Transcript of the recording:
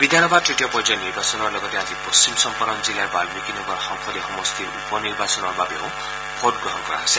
বিধানসভাৰ তৃতীয় পৰ্যায়ৰ নিৰ্বাচনৰ লগতে আজি পশ্চিম চম্পাৰণ জিলাৰ বাম্মিকীনগৰ সংসদীয় সমষ্টিৰ উপ নিৰ্বাচনৰ বাবেও ভোটগ্ৰহণ কৰা হৈছে